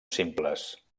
simples